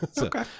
Okay